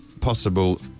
possible